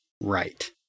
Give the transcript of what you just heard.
right